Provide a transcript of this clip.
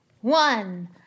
one